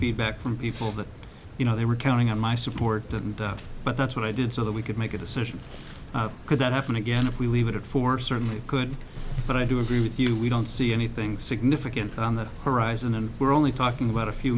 feedback from people that you know they were counting on my support didn't doubt but that's what i did so that we could make a decision could that happen again if we leave it for certainly could but i do agree with you we don't see anything significant on the horizon and we're only talking about a few